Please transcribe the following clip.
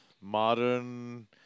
modern